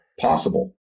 possible